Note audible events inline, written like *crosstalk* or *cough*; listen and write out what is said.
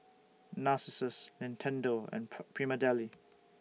Narcissus Nintendo and *unintelligible* Prima Deli